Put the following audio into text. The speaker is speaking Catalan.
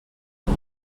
amb